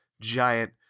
giant